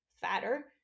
fatter